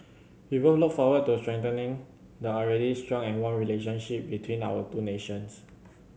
we both look forward to strengthening the already strong and warm relationship between our two nations